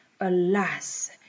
alas